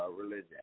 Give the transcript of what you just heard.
religion